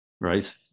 right